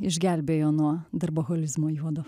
išgelbėjo nuo darboholizmo juodo